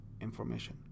information